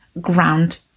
ground